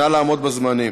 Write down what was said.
נא לעמוד בזמנים.